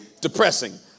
depressing